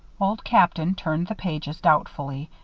old captain turned the pages, doubtfully.